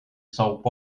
soap